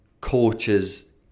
coaches